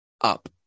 up